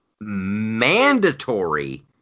mandatory